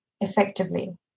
effectively